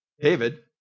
David